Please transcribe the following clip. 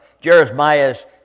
Jeremiah's